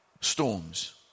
storms